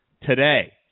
today